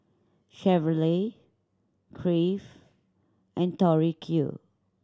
Chevrolet Crave and Tori Q